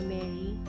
Mary